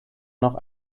noch